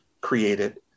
created